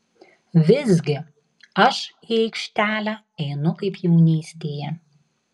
visgi aš į aikštelę einu kaip jaunystėje